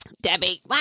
Debbie